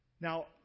Now